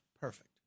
Perfect